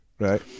Right